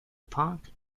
punk